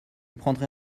prendrai